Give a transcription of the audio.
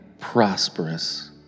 prosperous